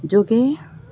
যোগে